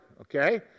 okay